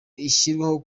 ishyirwaho